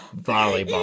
Volleyball